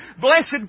blessed